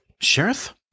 Sheriff